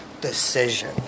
decision